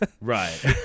Right